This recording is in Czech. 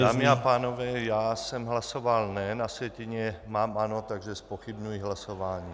Dámy a pánové, já jsem hlasoval ne, na sjetině mám ano, takže zpochybňuji hlasování.